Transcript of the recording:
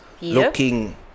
looking